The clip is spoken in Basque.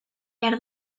behar